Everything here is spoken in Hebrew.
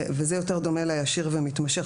וזה יותר דומה לישיר ומתמשך.